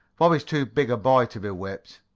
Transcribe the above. bob is too big a boy to be whipped.